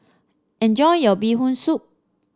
enjoy your Bee Hoon Soup